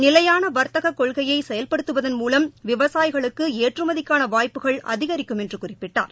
நிலையான வர்த்தகக் கொள்ககையை செயல்படுத்துவதன் மூலம் விவசாயிகளுக்கு ஏற்றுமதிக்கான வாய்ப்புகள் அதிகரிக்கும் என்று குறிப்பிட்டார்